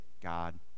God